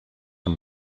amb